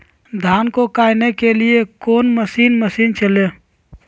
धन को कायने के लिए कौन मसीन मशीन चले?